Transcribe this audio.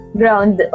ground